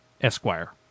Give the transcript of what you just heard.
Esquire